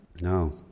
No